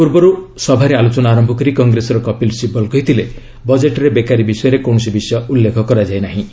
ପୂର୍ବରୁ ସଭାରେ ଆଲୋଚନା ଆରମ୍ଭ କରି କଂଗ୍ରେସର କପିଲ୍ ଶିବଲ କହିଥିଲେ ବଜେଟ୍ରେ ବେକାରୀ ବିଷୟରେ କୌଣସି ବିଷୟ ଉଲ୍ଲେଖ ନାହିଁ